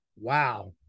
Wow